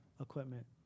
equipment